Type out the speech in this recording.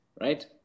right